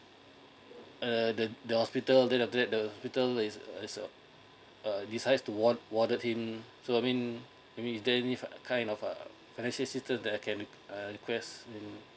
uh the the hospital than the hospital is is uh decides to ward warded him so I mean maybe is there any uh kind of uh financial assistance that I can uh request